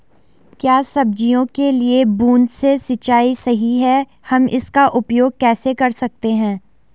क्या सब्जियों के लिए बूँद से सिंचाई सही है हम इसका उपयोग कैसे कर सकते हैं?